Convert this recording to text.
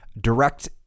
direct